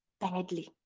badly